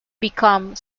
become